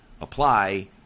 apply